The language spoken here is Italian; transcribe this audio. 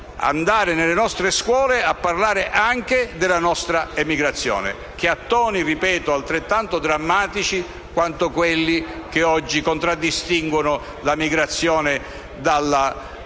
andare nelle nostre scuole a parlare anche della nostra emigrazione, che ha toni altrettanto drammatici quanto quelli che oggi contraddistinguono la migrazione dall'Africa